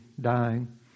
dying